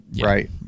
right